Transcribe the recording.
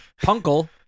Punkle